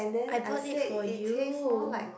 I bought it for you